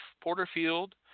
Porterfield